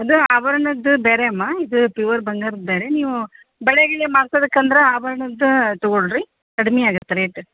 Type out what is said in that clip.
ಅದು ಆಭರಣದ್ದು ಬೇರೆ ಅಮ್ಮಾ ಇದು ಪ್ಯೂರ್ ಬಂಗಾರದ್ದು ಬೇರೆ ನೀವು ಬಳೆ ಗಿಳೆ ಮಾಡ್ಸೋದಕ್ಕೆ ಅಂದ್ರೆ ಆಭರಣದ್ದು ತೊಗೋಳಿ ರೀ ಕಡ್ಮೆ ಆಗತ್ತೆ ರೇಟ್